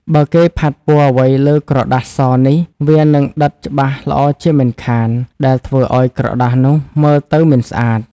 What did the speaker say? បើគេផាត់ពណ៌អ្វីលើក្រដាសសនេះ វានឹងដិតច្បាស់ល្អជាមិនខាន ដែលធ្វើឲ្យក្រដាសនោះមើលទៅមិនស្អាត។